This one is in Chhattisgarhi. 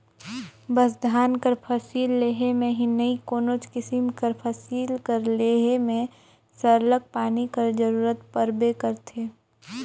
बस धान कर फसिल लेहे में ही नई कोनोच किसिम कर फसिल कर लेहे में सरलग पानी कर जरूरत परबे करथे